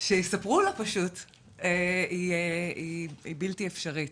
שיספרו לה פשוט היא בלתי אפשרית